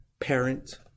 parent